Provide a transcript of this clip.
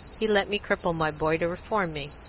he let me cripple my boy to reform me.